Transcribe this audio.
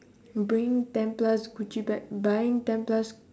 bragging ten plus gucci bag buying ten plus